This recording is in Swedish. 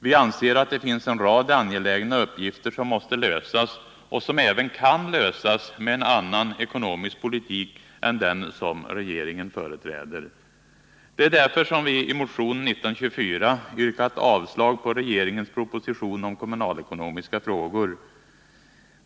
Vi anser att det finns en rad angelägna åtgärder som måste vidtas och som även kan vidtas med en annan ekonomisk politik än den som regeringen företräder. Det är därför som vi i motion 1924 yrkat avslag på regeringens proposition om kommunalekonomiska frågor.